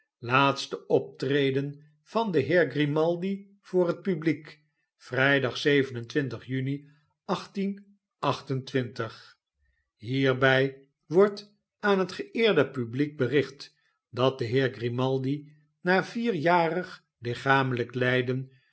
laatste optreden van den heer grimaldi voor het publiek vrijdag juni hierbij wordt aan het geeerde publiek bericht dat de heer grimaldi na vierjarig lichamelijk lijden